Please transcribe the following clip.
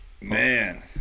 Man